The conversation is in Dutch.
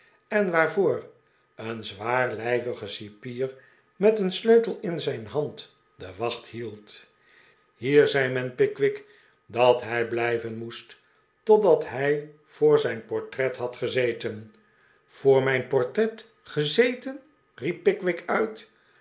en waarvoor een zwaarlijvige cipier met een sleutel in zijn hand de wacht hield hier zei men pickwick dat hij blijven moest totdat hij voor zijn portret had gezeten voor mijn portret gezeten riep pickwick uit